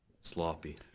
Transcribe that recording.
Sloppy